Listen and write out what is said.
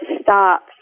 stop